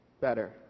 better